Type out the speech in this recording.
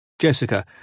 Jessica